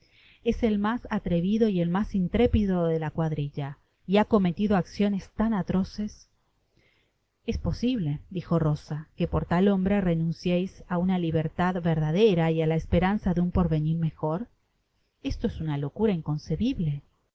es el mas atrevido y el mas intrépido de la cuadrilla y ha convelido acciones tan atroces es posible dijo rosa que por tal hombre renunciéis k una libertad verdadera y á la esperanza de un porvenir mejor esto es una locura inconcebible